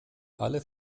alle